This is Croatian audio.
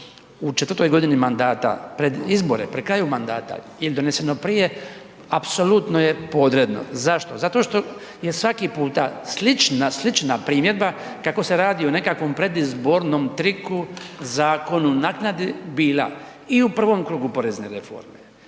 u četvrtoj godini mandata, pred izbore pri kraju mandata ili je doneseno prije, apsolutno je podredno. Zašto? Zato što jer svaki puta slična, slična primjedba kako se radi o nekakvom predizbornom triku, zakonu, naknadi bila i u prvom krugu porezne reforme